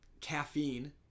caffeine